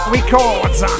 Records